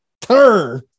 turn